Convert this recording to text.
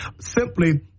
Simply